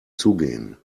zugehen